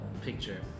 picture